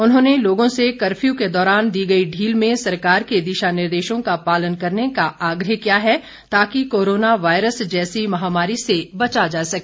उन्होंने लोगों से कर्फ्यू के दौरान दी गई ढील में सरकार के दिशा निर्देशों का पालन करने का आग्रह किया है ताकि कोरोना वायरस जैसी महामारी से बचा जा सके